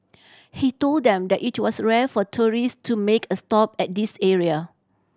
he told them that it was rare for tourist to make a stop at this area